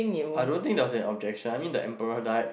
I don't think there was an objection I mean the employer died